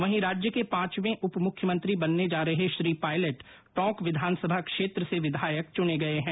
वहीं राज्य के पांचवे उप मुख्यमंत्री बनने जा रहे श्री पायलट टोंक विधानसभा क्षेत्र से विधायक चुने गए हैं